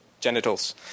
genitals